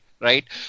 right